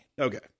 Okay